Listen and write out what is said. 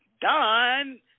done